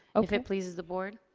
if it pleases the board.